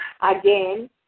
Again